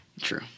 True